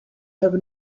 have